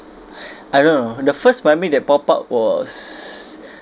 I don't know the first memory that pop up was